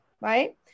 right